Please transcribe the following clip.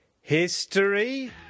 HISTORY